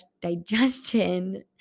digestion